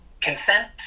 consent